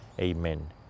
amen